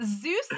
Zeus